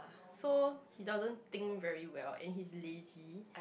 so he doesn't think very well and he's lazy